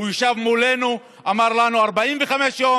הוא ישב מולנו ואמר לנו: 45 יום.